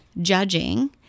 judging